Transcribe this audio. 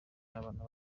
n’abana